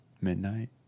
midnight